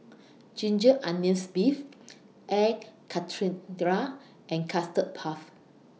Ginger Onions Beef Air and Custard Puff